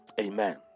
Amen